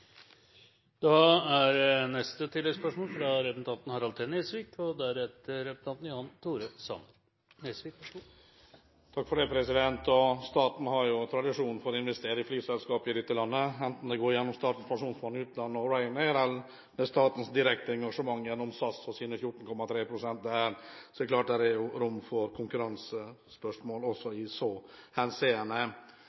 Harald T. Nesvik – til oppfølgingsspørsmål. Staten har tradisjon for å investere i flyselskaper i dette landet, enten det går gjennom Statens pensjonsfond utland og Ryanair eller gjennom statens direkte engasjement i SAS, hvor den eier 14,3 pst. Det er klart at det er rom for konkurransespørsmål også